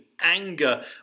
anger